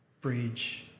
bridge